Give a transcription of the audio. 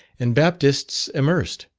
and baptists immersed,